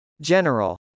General